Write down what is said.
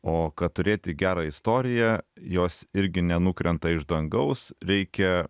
o kad turėti gerą istoriją jos irgi nenukrenta iš dangaus reikia